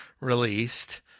released